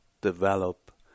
develop